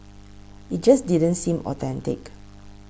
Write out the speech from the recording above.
it just didn't seem authentic